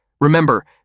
Remember